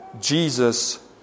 Jesus